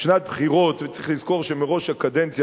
שנת בחירות וצריך לזכור שמראש הקדנציה